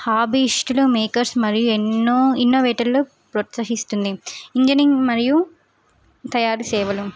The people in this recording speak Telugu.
హాబీస్టులు మేకర్స్ మరియు ఎన్నో ఇన్నోవేటర్లని ప్రోత్సహిస్తుంది ఇంజనీరింగ్ మరియు తయారు సేవలు